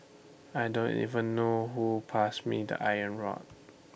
I don't even know who passed me the iron rod